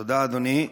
תודה, אדוני.